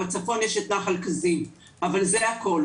בצפון יש את נחל כזיב, אבל זה הכל.